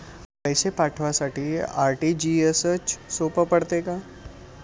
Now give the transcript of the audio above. पैसे पाठवासाठी आर.टी.जी.एसचं सोप पडते का?